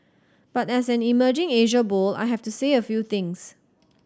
but as an emerging Asia bull I have to say a few things